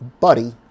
buddy